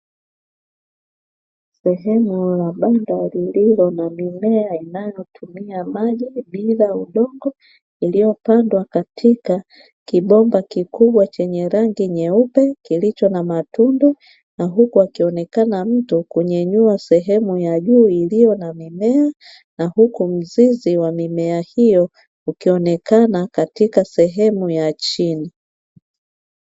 Sehemu ya banda lililo na mimea inayotumia maji bila udongo iliyopandwa katika kibomba kikubwa chenye rangi nyeupe kilicho na matundu, na huku akionekana mtu kunyanyua sehemu ya juu iliyo na mimea na huku mzizi wa mimea hiyo ukionekana katika sehemu ya chini.